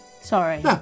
sorry